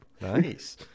nice